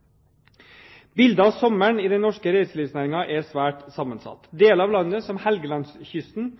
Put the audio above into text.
Bildet av sommeren i den norske reiselivsnæringen er svært sammensatt. Deler av landet, som Helgelandskysten,